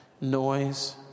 noise